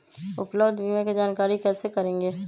उपलब्ध बीमा के जानकारी कैसे करेगे?